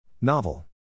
Novel